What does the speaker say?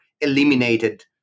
eliminated